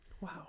Wow